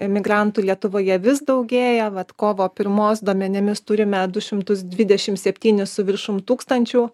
emigrantų lietuvoje vis daugėja vat kovo pirmos duomenimis turime du šimtus dvidešimt septynis su viršum tūkstančių